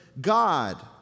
God